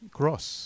cross